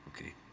Okay